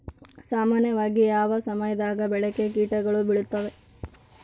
ಸಾಮಾನ್ಯವಾಗಿ ಯಾವ ಸಮಯದಾಗ ಬೆಳೆಗೆ ಕೇಟಗಳು ಬೇಳುತ್ತವೆ?